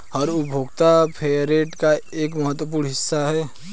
हर उपभोक्ता फेयरट्रेड का एक महत्वपूर्ण हिस्सा हैं